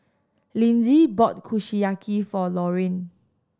Lindsey bought Kushiyaki for Loraine